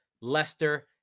Leicester